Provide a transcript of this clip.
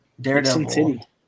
Daredevil